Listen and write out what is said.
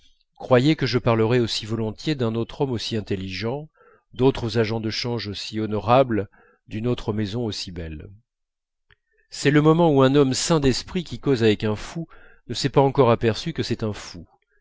croyaient que je parlerais aussi volontiers d'un autre homme aussi intelligent d'autres agents de change aussi honorables d'une autre maison aussi belle c'est le moment où un homme sain d'esprit qui cause avec un fou ne s'est pas encore aperçu que c'est un fou